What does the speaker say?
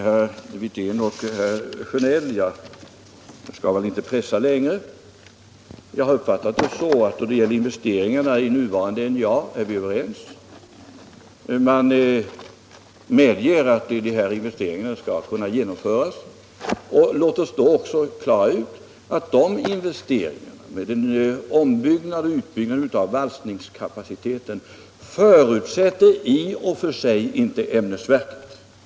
När det gäller herr Wirtén och herr Sjönell skall jag inte pressa längre. Jag har uppfattat det så, att när det gäller investeringarna i det nuvarande NJA är vi överens. Man medger att de investeringarna skall kunna genomföras. Och låt oss då också klara ut att de investeringarna — med ombyggnad och utbyggnad av valsningskapaciteten — i och för sig inte förutsätter ämnesverket.